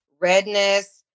redness